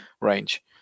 range